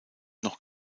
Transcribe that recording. noch